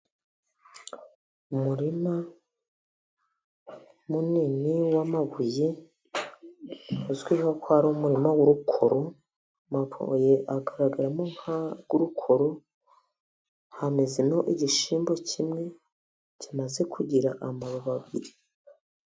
Umurima munini w'amabuye uzwiho ko ari umurima w'urukoro. Amaboye agaragaramo nk'aho ari ay'urukoro, hamezemo igishyimbo kimwe kimaze kugira amababa abiri.